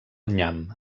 nyam